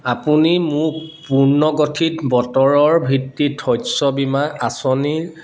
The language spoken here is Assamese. আপুনি মোক পুৰ্ণগঠিত বতৰ ভিত্তিক শস্য বীমা আঁচনিৰ